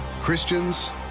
Christians